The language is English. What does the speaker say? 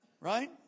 right